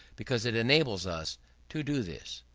because it enables us to do this.